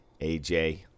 aj